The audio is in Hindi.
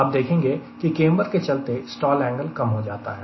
आप देखेंगे की केंबर के चलते स्टॉल एंगल कम हो जाता है